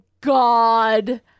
god